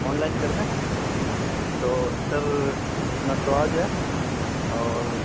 on line کر دیں تو سر نٹراج ہے اور